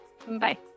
Bye